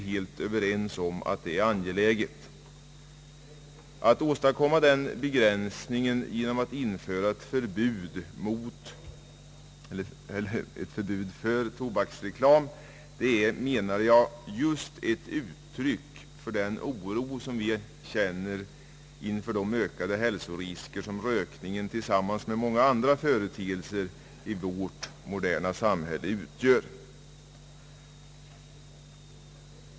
När man vill åstadkomma denna begränsning genom ett förbud mot tobaksreklam är det, menar jag, just ett uttryck för den oro vi känner inför de ökade hälsorisker som rökningen tillsammans med många andra företeelser i vårt moderna samhälle utgör.